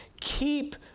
Keep